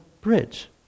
bridge